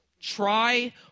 Try